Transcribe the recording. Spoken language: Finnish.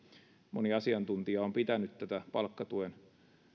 moni asiantuntija on pitänyt tätä palkkatuen